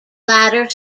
latter